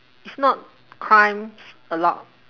if not crimes a lot